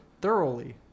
Thoroughly